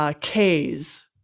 K's